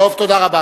תודה רבה.